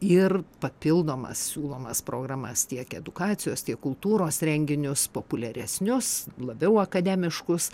ir papildomas siūlomas programas tiek edukacijos tiek kultūros renginius populiaresnius labiau akademiškus